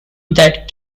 that